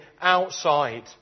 outside